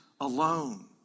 alone